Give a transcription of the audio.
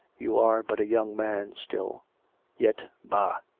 you are but a young man still yet bah!